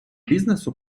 бізнесу